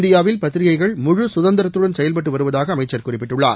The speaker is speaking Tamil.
இந்தியாவில் பத்திரிகைகள் முழு கதந்திரத்துடன் செயல்பட்டு வருவதாக அமைச்சா் குறிப்பிட்டுள்ளார்